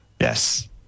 Yes